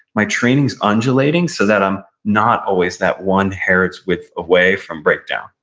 my training's undulating so that i'm not always that one hair's width away from breakdown,